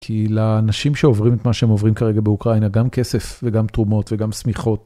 כי לאנשים שעוברים את מה שהם עוברים כרגע באוקראינה, גם כסף וגם תרומות וגם סמיכות.